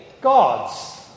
God's